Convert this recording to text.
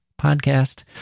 podcast